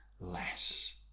less